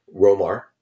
Romar